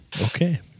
Okay